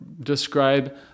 describe